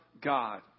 God